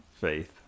faith